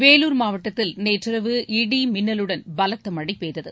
வேலூர் மாவட்டத்தில் நேற்றிரவு இடிமின்னலுடன் பலத்த மழை பெய்தது